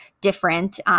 different